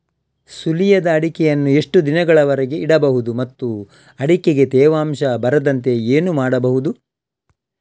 ಸುಲಿಯದ ಅಡಿಕೆಯನ್ನು ಎಷ್ಟು ದಿನಗಳವರೆಗೆ ಇಡಬಹುದು ಮತ್ತು ಅಡಿಕೆಗೆ ತೇವಾಂಶ ಬರದಂತೆ ಏನು ಮಾಡಬಹುದು?